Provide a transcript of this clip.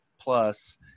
plus